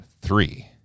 three